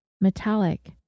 metallic